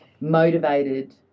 motivated